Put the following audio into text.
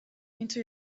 into